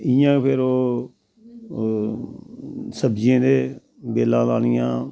इयां फिर ओह् सब्जियें दे बेल्लां लानियां